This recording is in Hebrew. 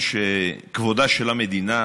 רואים שבמקומות שונים בעולם גם מדברים